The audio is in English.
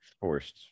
forced